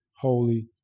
Holy